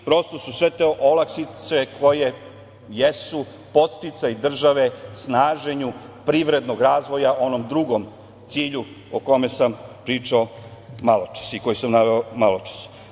Prosto su sve te olakšice koje jesu podsticaj države snaženju privrednog razvoja onom drugom cilju o kome sam pričao maločas i koji sam naveo maločas.